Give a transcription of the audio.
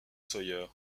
sawyer